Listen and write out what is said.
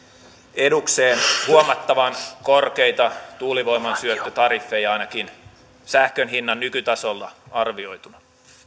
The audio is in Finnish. edukseen huomattavan korkeita tuulivoiman syöttötariffeja ainakin sähkön hinnan nykytasolla arvioituna